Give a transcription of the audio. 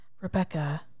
Rebecca